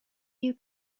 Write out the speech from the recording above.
you